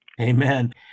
Amen